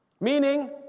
Meaning